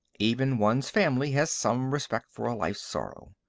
even one's family has some respect for a life sorrow.